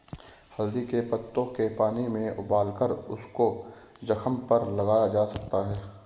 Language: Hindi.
हल्दी के पत्तों के पानी में उबालकर उसको जख्म पर लगाया जा सकता है